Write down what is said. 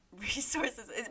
Resources